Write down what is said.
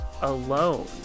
alone